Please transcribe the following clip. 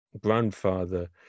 grandfather